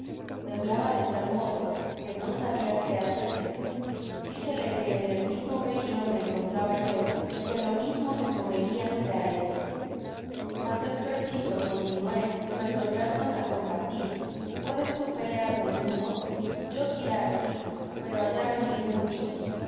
temblaba de tal modo que no sabia que hacerse idijele que en el mismo peligro me encontraba yo y que o mismo me comerian que á él mas es preciso continuó resolvernos á combatir puedes tu pelear domingo yo tirar dijo pero allá venir muchos